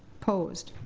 opposed?